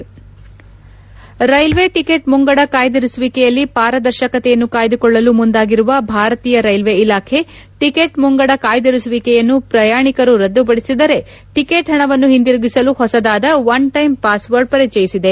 ರ್ನೆಲ್ವೆ ticket ಮುಂಗಡ ಕಾಯ್ದಿರಿಸುವಿಕೆಯಲ್ಲಿ ಪಾರದರ್ಶಕತೆಯನ್ನು ಕಾಯ್ದುಕೊಳ್ಳಲು ಮುಂದಾಗಿರುವ ಭಾರತೀಯ ರೈಲ್ವೆ ಇಲಾಖೆ ಟಿಕೆಟ್ ಮುಂಗಡ ಕಾಯ್ಲಿರಿಸುವಿಕೆಯನ್ನು ಪ್ರಯಾಣಿಕರು ರದ್ಗುಪಡಿಸಿದರೆ ಟಿಕೆಟ್ ಹಣವನ್ನು ಹಿಂದಿರುಗಿಸಲು ಹೊಸದಾದ ಟನ್ ಟ್ರೆಮ್ ಪಾಸ್ ವರ್ಡ್ ಒಟಿಪಿ ಪರಿಚಯಿಸಿದೆ